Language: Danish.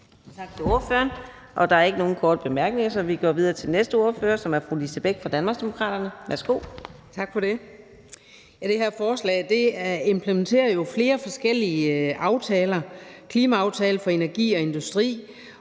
Tak til ordføreren. Der er ikke nogen korte bemærkninger, så vi går videre til næste ordfører, som er fru Lise Bech fra Danmarksdemokraterne. Værsgo. Kl. 18:25 (Ordfører) Lise Bech (DD): Tak for det. Det her forslag implementerer jo flere forskellige aftaler: »Klimaaftale for energi og industri